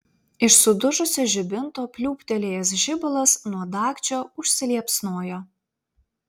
iš sudužusio žibinto pliūptelėjęs žibalas nuo dagčio užsiliepsnojo